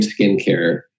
skincare